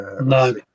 no